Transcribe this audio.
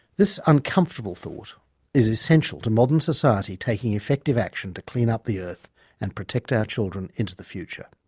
this uncomfortable thought is essential to modern society taking effective action to clean up the earth and protect our children into the future.